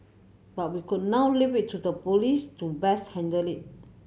but we could now leave it to the police to best handle it